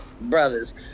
brothers